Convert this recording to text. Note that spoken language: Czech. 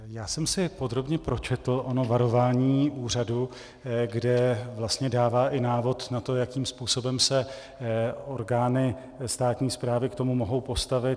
Já jsem si podrobně pročetl ono varování úřadu, kde vlastně dává i návod na to, jakým způsobem se orgány státní správy k tomu mohou postavit.